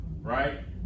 right